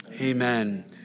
Amen